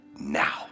now